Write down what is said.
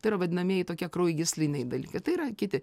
tai yra vadinamieji tokie kraujagysliniai dalykai tai yra kiti